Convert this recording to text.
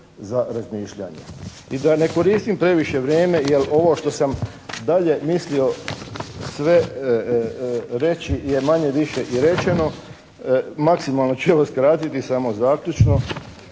za razmišljanje. I da ne koristim previše vrijeme jer ovo što sam dalje mislio sve reći je manje-više i rečeno. Maksimalno ću evo skratiti. Samo zaključno.